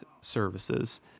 services